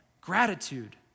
Gratitude